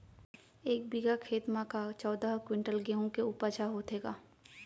एक बीघा खेत म का चौदह क्विंटल गेहूँ के उपज ह होथे का?